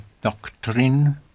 doctrine